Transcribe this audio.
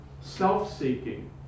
self-seeking